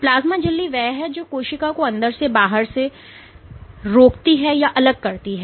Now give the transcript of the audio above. plasma झिल्ली वह है जो कोशिका को अंदर से बाहर से रोकती या अलग करती है